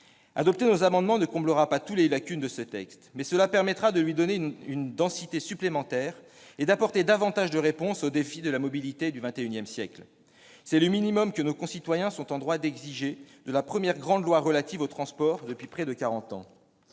de nos amendements ne comblera pas toutes les lacunes de ce texte, mais elle permettra de lui donner une densité supplémentaire et d'apporter davantage de réponses aux défis de la mobilité du XXI siècle. C'est le minimum que nos concitoyens sont en droit d'exiger de la première grande loi relative aux transports depuis près de quarante